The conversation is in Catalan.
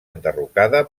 enderrocada